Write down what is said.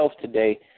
today